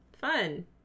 Fun